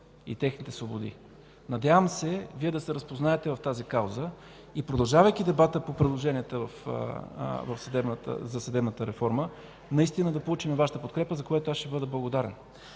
и техните свободи. Надявам се Вие да се разпознаете в тази кауза и продължавайки дебата по предложенията за съдебната реформа, наистина да получим Вашата подкрепа, за което аз ще Ви бъда благодарен.